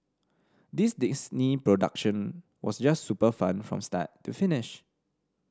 this Disney production was just super fun from start to finish